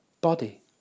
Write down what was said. body